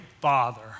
father